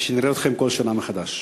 ושנראה אתכם כל שנה מחדש.